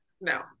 No